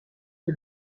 que